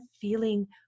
feeling